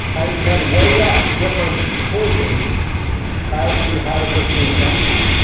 and can weigh up different choices as to how to proceed next.